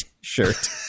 shirt